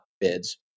bids